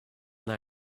they